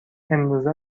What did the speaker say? امروزه